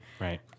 Right